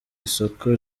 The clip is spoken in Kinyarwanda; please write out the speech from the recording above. isoko